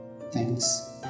Thanks